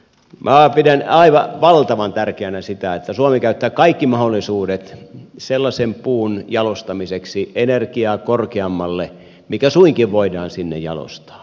minä pidän aivan valtavan tärkeänä sitä että suomi käyttää kaikki mahdollisuudet sellaisen puun jalostamiseksi energialtaan korkeammalle mikä suinkin voidaan sinne jalostaa